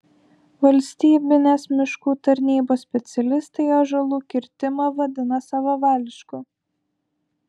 valstybinės miškų tarnybos specialistai ąžuolų kirtimą vadina savavališku